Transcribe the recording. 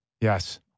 Yes